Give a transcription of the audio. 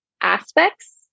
aspects